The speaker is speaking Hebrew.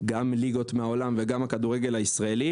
גם של ליגות מן העולם וגם של הכדורגל הישראלי,